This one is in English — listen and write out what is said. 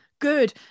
good